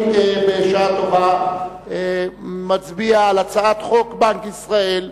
בשעה טובה אני מצביע על הצעת חוק בנק ישראל,